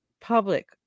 public